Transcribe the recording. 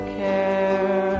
care